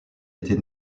été